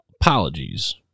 apologies